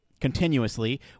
continuously